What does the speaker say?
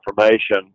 information